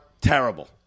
terrible